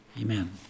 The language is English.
Amen